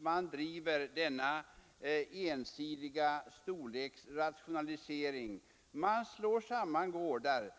man driver denna ensidiga storleksrationalisering och slår samman gårdar.